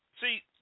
See